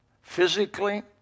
physically